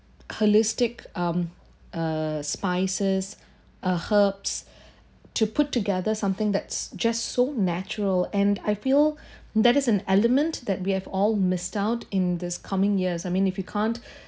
holistic um uh spices uh herbs to put together something that's just so natural and I feel that is an element that we have all missed out in this coming years I mean if you can't